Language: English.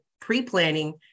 pre-planning